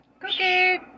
Cookie